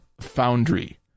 foundry